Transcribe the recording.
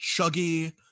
chuggy